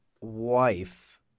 wife